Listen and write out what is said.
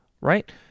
right